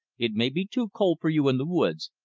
it may be too cold for you in the woods,